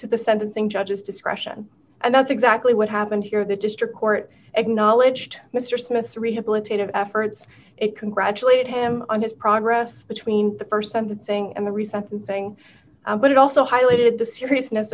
to the sentencing judge's discretion and that's exactly what happened here the district court acknowledged mr smith's rehabilitative efforts it congratulated him on his progress between the st sentencing and the resentencing but it also highlighted the seriousness